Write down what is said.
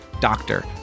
doctor